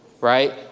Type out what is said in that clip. Right